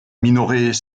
minoret